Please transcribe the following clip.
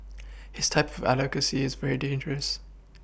his type of advocacy is very dangerous